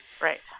Right